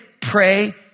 pray